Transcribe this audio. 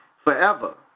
Forever